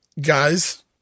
guys